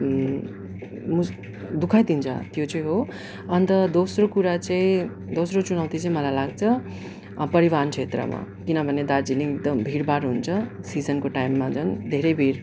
मुस्किल दुख दिन्छ त्यो चाहिँ हो अन्त दोस्रो कुरा चाहिँ दोस्रो चुनौती चाहिँ मलाई लाग्छ परिवहन क्षेत्रमा किनभने दार्जिलिङ एकदम भिडभाड हुन्छ सिजनको टाइममा झन् धेरै भिड